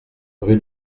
rue